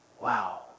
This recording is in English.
Wow